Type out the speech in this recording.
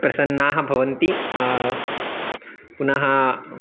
प्रसन्नाः भवन्ति पुनः